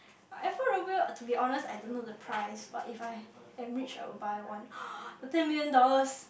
Alfa Romeo to be honest I don't know the price but if I am rich I will buy one the ten million dollars